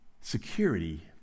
security